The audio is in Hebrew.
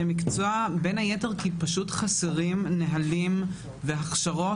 מקצוע - בין היתר כי פשוט חסרים נהלים והכשרות,